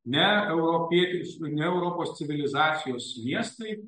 ne europietis ne europos civilizacijos miestai